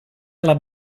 alla